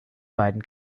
beiden